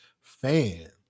Fan